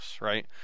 right